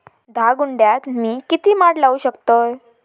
धा गुंठयात मी किती माड लावू शकतय?